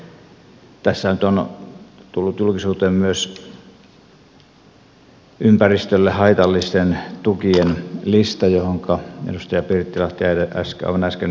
tässä nyt on tullut julkisuuteen myös ympäristölle haitallisten tukien lista johonka edustaja pirttilahti aivan äsken viittasi